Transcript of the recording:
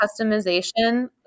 customization